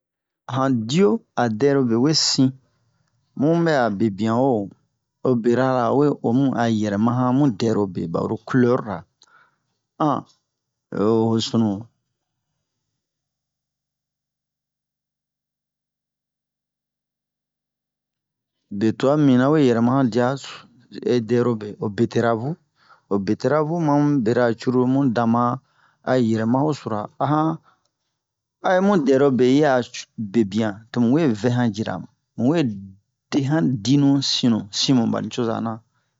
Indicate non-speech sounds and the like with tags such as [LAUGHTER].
A han diyo a han dɛrobe we sin mu ɓɛ'a bebiyan-wo ho berara o we o mu a yɛrɛmara mu dɛrobe ɓaro culɛrura [HESITATION] ho sunu be twa mibin awe yɛrɛmara han diya [NOISE] [HESITATION] dɛrobe ho beterave ma mu berara curulu mu dama a yɛrɛmahan ho sura a han a mu dɛrobe yi a bebiyan tomu we vɛ han jira mu mu we dehan di nu sinnu sinmu ɓa nucozo-na